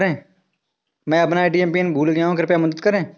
मैं अपना ATM pin भूल गया हूँ, कृपया मदद करें